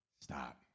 Stop